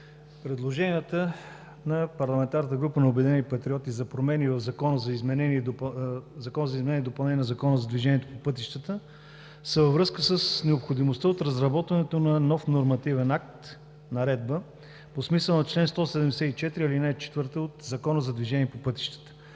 „Обединени патриоти“ за промени в Закона за изменение и допълнение на Закона за движение по пътищата са във връзка с необходимостта от изработването на нов нормативен акт, наредба, по смисъла на чл. 174, ал. 4 от Закона за движението по пътищата,